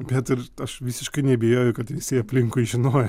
bet ir aš visiškai neabejoju kad visi aplinkui žinojo